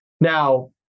now